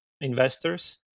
investors